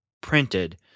printed –